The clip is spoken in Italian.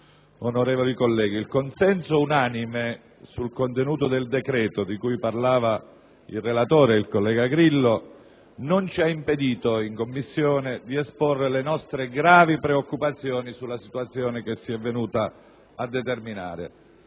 onorevoli colleghi, il consenso unanime sul contenuto del decreto che ci ha illustrato il relatore, il collega Grillo, non ci ha impedito in Commissione di esporre le nostre gravi preoccupazioni sulla situazione che si è venuta a determinare.